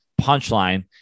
punchline